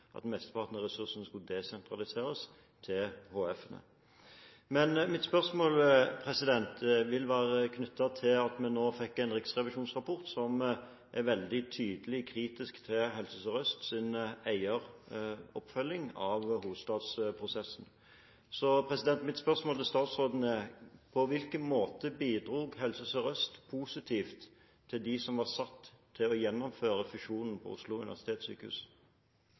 at mesteparten av ressursene skulle desentraliseres til HF-ene. Men spørsmålet vil være knyttet til at vi nå har fått en riksrevisjonsrapport som er veldig tydelig kritisk til Helse Sør-Østs eiers oppfølging av hovedstadsprosessen. Mitt spørsmål til statsråden er: På hvilken måte bidro Helse Sør-Øst positivt med tanke på dem som var satt til å gjennomføre fusjonen på Oslo Universitetssykehus?